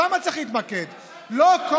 שם צריך להתמקד.